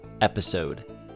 episode